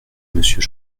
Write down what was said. monsieur